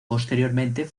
posteriormente